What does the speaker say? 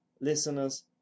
listeners